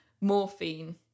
morphine